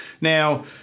Now